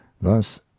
thus